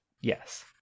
Yes